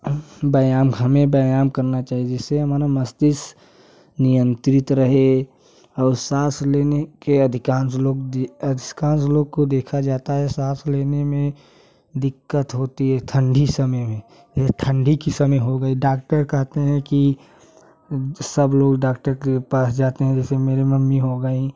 व्यायाम हमें व्यायाम करना चाहिए जिससे हमारा मस्तिष्क नियंत्रित रहे और साँस लेने के अधिकांश लोग लोग का देखा जाता है साँस लेने में दिक्कत होती है है ठंडी समय में जैसे ठंडी के समय हो गई डॉक्टर कहते हैं कि सब लोग डॉक्टर के पास जाते हैं जैसे मेरे मम्मी हो गईं